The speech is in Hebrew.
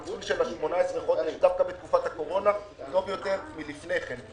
הייצוג של ה-18 חודש דווקא בתקופת הקורונה טוב יותר מלפני כן.